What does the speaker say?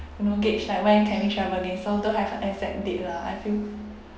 you know gauge like when can we travel again so don't have a exact date lah I feel